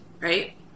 right